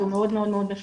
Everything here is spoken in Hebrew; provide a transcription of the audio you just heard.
אז הוא מאוד מאוד מפותח,